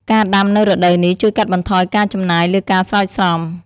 ការដាំនៅរដូវនេះជួយកាត់បន្ថយការចំណាយលើការស្រោចស្រព។